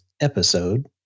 episode